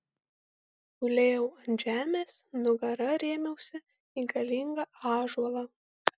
gulėjau ant žemės nugara rėmiausi į galingą ąžuolą